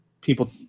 people